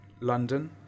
London